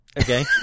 Okay